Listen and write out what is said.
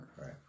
Right